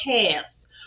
cast